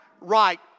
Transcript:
right